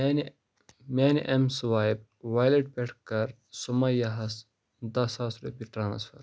میٛانہِ میٛانہِ M swipe wallet پٮ۪ٹھ کَر سُمیہ ہَس داہ ساس رۄپیہِ ٹرٛانسفَر